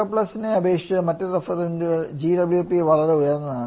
CO നെ അപേക്ഷിച്ച് ചില റഫ്രിജറന്റുകളിൽ GWP വളരെ ഉയർന്നതാണ്